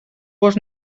gos